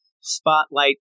spotlight